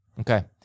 Okay